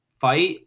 fight